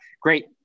great